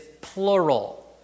plural